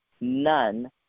none